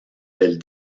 del